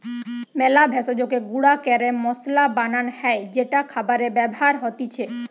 মেলা ভেষজকে গুঁড়া ক্যরে মসলা বানান হ্যয় যেটা খাবারে ব্যবহার হতিছে